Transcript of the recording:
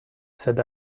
said